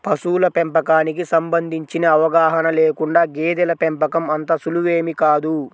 పశువుల పెంపకానికి సంబంధించిన అవగాహన లేకుండా గేదెల పెంపకం అంత సులువేమీ కాదు